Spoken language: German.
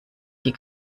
die